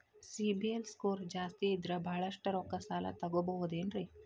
CIBIL score ಜಾಸ್ತಿ ಇದ್ರ ಬಹಳಷ್ಟು ರೊಕ್ಕ ಸಾಲ ತಗೋಬಹುದು ಏನ್ರಿ?